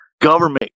Government